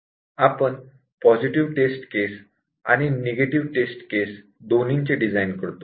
आपण positive test case आणि negative test case दोन्हीचें डिझाइन करतो